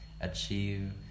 achieve